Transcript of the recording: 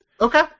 Okay